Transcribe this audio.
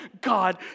God